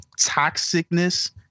toxicness